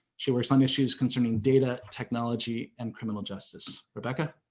she works on issues concerning data technology and criminal justice, rebecca.